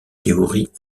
théorie